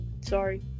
Sorry